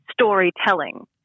storytelling